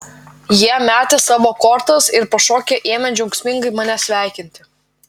jie metė savo kortas ir pašokę ėmė džiaugsmingai mane sveikinti